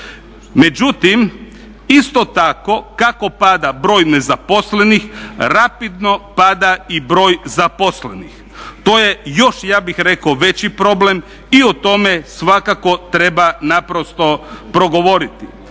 Međutim, isto tako kako pada broj nezaposlenih rapidno pada i broj zaposlenih. To je još ja bih rekao veći problem i o tome svakako treba naprosto progovoriti.